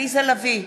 עליזה לביא,